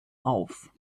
auf